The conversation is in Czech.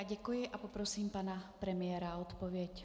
Děkuji a poprosím pana premiéra o odpověď.